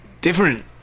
Different